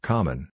Common